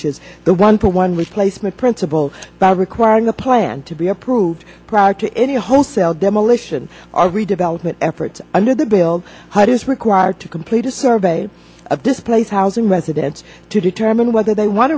issues the one to one replacement principle by requiring a plan to be approved prior to any wholesale demolition of redevelopment efforts under the build hyde is required to complete a survey of displaced housing residents to determine whether they want